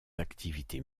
activités